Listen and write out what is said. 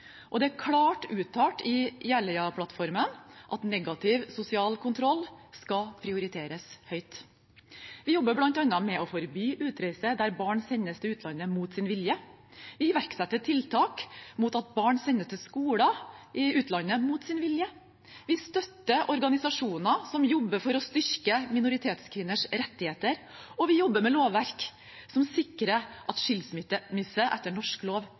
2017. Det er klart uttalt i Jeløya-plattformen at negativ sosial kontroll skal prioriteres høyt. Vi jobber bl.a. med å forby utreise der barn sendes til utlandet mot sin vilje, vi iverksetter tiltak mot at barn sendes til skoler i utlandet mot sin vilje, vi støtter organisasjoner som jobber for å styrke minoritetskvinners rettigheter, og vi jobber med lovverk som sikrer at skilsmisse etter norsk lov